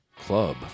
Club